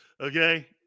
Okay